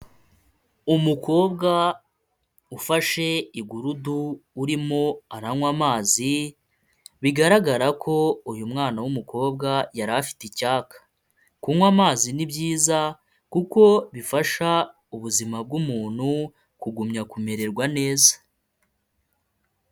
Umukobwa ufashe igurudu, urimo aranywa amazi, bigaragara ko uyu mwana w'umukobwa yari afite icyayaka, kunywa amazi ni byiza kuko bifasha ubuzima bw'umuntu kugumya kumererwa neza.